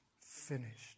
finished